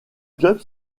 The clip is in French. club